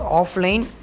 offline